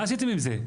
מה עשיתם עם זה?